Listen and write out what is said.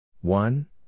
One